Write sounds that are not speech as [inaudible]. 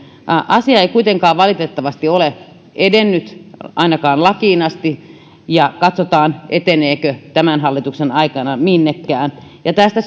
asia ei kuitenkaan valitettavasti ole edennyt ainakaan lakiin asti ja katsotaan eteneekö tämän hallituksen aikana minnekään tästä [unintelligible]